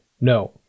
No